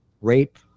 rape